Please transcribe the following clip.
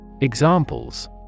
Examples